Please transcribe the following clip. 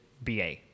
BA